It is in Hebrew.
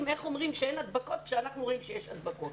איך אומרים שאין הדבקות כשהם רואים שיש הדבקות.